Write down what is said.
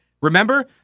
Remember